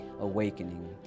Awakening